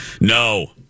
No